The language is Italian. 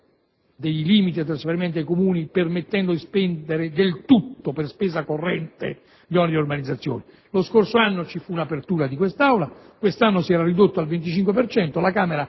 dei trasferimenti ai Comuni permettendo di spendere del tutto per spesa corrente gli oneri di urbanizzazione. Lo scorso anno ci fu un'apertura di quest'Aula; quest'anno si era ridotto al 25 per